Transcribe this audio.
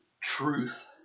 truth